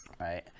Right